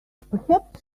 perhaps